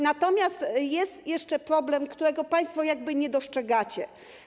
Natomiast jest jeszcze problem, którego państwo jakby nie dostrzegacie.